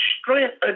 strength